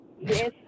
Yes